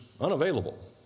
unavailable